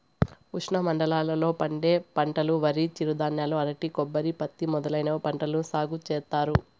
ఉష్ణమండలాల లో పండే పంటలువరి, చిరుధాన్యాలు, అరటి, కొబ్బరి, పత్తి మొదలైన పంటలను సాగు చేత్తారు